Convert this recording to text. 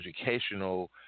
educational